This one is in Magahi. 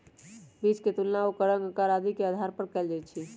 बीज के तुलना ओकर रंग, आकार आदि के आधार पर कएल जाई छई